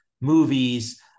movies